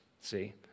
See